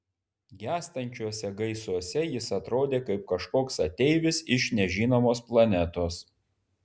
gęstančiuose gaisuose jis atrodė kaip kažkoks ateivis iš nežinomos planetos